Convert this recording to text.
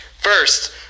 First